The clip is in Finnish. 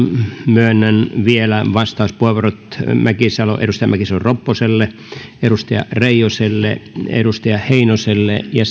myönnän vielä vastauspuheenvuorot edustaja mäkisalo ropposelle edustaja reijoselle edustaja heinoselle ja